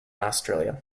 australia